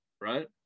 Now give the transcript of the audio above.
right